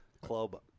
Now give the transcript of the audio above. Club